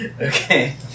Okay